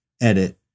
edit